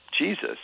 Jesus